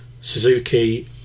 Suzuki